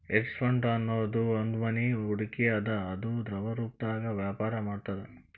hedge fund ಅನ್ನೊದ್ ಒಂದ್ನಮನಿ ಹೂಡ್ಕಿ ಅದ ಅದು ದ್ರವರೂಪ್ದಾಗ ವ್ಯಾಪರ ಮಾಡ್ತದ